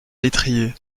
l’étrier